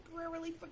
temporarily